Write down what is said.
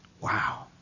Wow